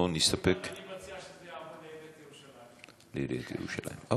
או נסתפק, אני מציע שזה יעבור לעיריית ירושלים.